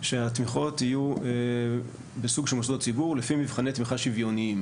שהתמיכות יהיו בסוג של מוסדות ציבור לפי מבחני תמיכה שוויוניים